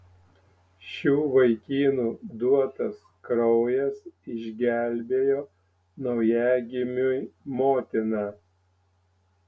šių vaikinų duotas kraujas išgelbėjo naujagimiui motiną